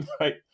right